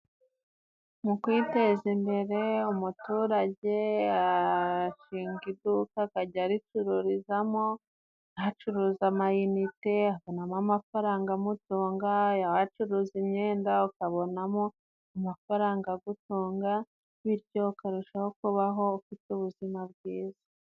Mu kwiteza imbere umuturage ashinga iduka akajya aricururizamo, acuruza ama inite akavanamo amafaranga amutunga, yaba acuruza imyenda ukabonamo amafaranga agutunga, bityo ukarushaho kubaho ufite ubuzima bwiza.